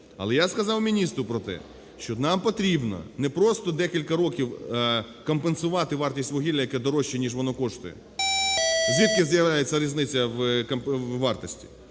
Але я сказав міністру про те, що нам потрібно не просто декілька років компенсувати вартість вугілля, яке дорожче, ніж воно коштує. Звідки з'являється різниця в вартості?